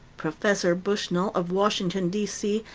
professor bushnell of washington, d c,